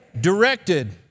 directed